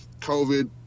COVID